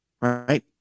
right